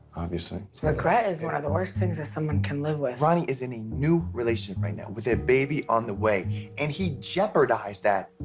obviously. regret is one of the worst things that someone can live with. ronnie is in a new relationship right now with a baby on the way and he jeopardized that.